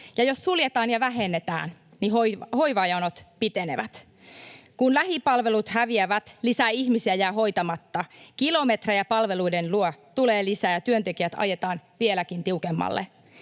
jos suljetaan ja vähennetään, niin hoivajonot pitenevät. Kun lähipalvelut häviävät, lisää ihmisiä jää hoitamatta, kilometrejä palveluiden luo tulee lisää ja työntekijät ajetaan vieläkin tiukemmalle.